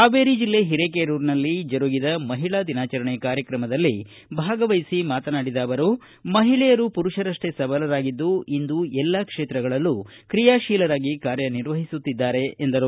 ಹಾವೇರಿ ಜಿಲ್ಲೆ ಹಿರೇಕೆರೂರಿನಲ್ಲಿ ಜರುಗಿದ ಮಹಿಳಾ ದಿನಾಚರಣೆ ಕಾರ್ಯತ್ರಮದಲ್ಲಿ ಭಾಗವಹಿಸಿ ಮಾತನಾಡಿದ ಅವರು ಮಹಿಳೆಯರು ಪುರುಷರಷ್ಷೇ ಸಬಲರಾಗಿದ್ದು ಇಂದು ಎಲ್ಲಾ ಕ್ಷೇತ್ರದಲ್ಲೂ ಕ್ರೀಯಾಶೀಲರಾಗಿ ಕಾರ್ಯನಿರ್ವಹಿಸುತ್ತಿದ್ದಾರೆ ಎಂದರು